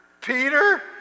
Peter